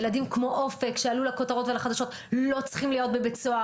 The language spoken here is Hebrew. ילדים כמו אופק שעלו לכותרות ולחדשות לא צריכים להיות בבית סוהר.